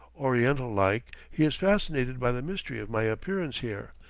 oriental-like, he is fascinated by the mystery of my appearance here,